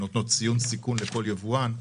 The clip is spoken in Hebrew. נותנות הערכת סיכון לכל יבואן.